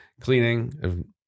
Cleaning